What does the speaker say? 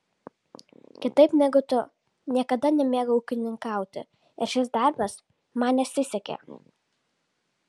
kitaip negu tu niekada nemėgau ūkininkauti ir šis darbas man nesisekė